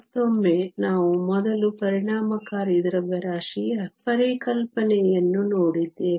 ಮತ್ತೊಮ್ಮೆ ನಾವು ಮೊದಲು ಪರಿಣಾಮಕಾರಿ ದ್ರವ್ಯರಾಶಿಯ ಪರಿಕಲ್ಪನೆಯನ್ನು ನೋಡಿದ್ದೇವೆ